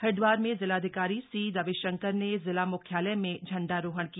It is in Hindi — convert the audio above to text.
हरिद्वार में जिलाधिकारी सी रविशंकर ने जिला म्ख्यालय में झंडारोहण किया